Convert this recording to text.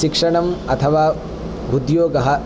शिक्षणम् अथवा उद्योगः